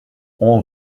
all